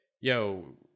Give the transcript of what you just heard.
yo